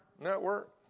Network